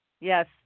Yes